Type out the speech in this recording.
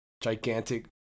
gigantic